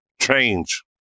Change